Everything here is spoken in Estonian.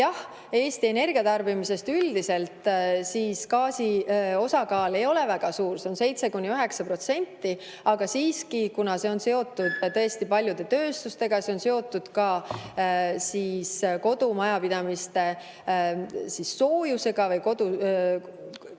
Eesti energiatarbimises üldiselt gaasi osakaal ei ole väga suur, see on 7–9%, aga siiski, kuna see on seotud paljude tööstustega, see on seotud ka kodumajapidamiste soojuse, kaugküttega,